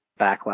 backlash